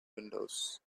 windows